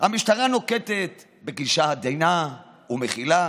המשטרה נוקטת גישה עדינה ומכילה.